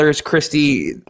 christy